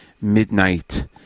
midnight